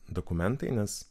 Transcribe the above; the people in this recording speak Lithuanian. dokumentai nes